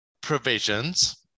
provisions